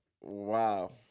Wow